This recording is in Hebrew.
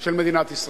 של מדינת ישראל.